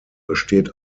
besteht